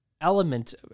element